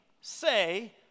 say